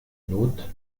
not